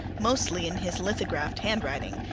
mostly in his lithographed handwriting,